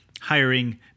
hiring